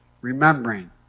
remembering